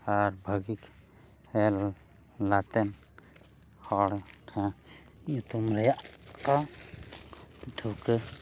ᱟᱨ ᱵᱷᱟᱹᱜᱤ ᱠᱷᱮᱞ ᱠᱟᱛᱮᱫ ᱦᱚᱲ ᱴᱷᱮᱱ ᱧᱩᱛᱩᱢ ᱨᱮᱭᱟᱜ ᱠᱚ ᱴᱷᱟᱣᱠᱟᱹ